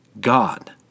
God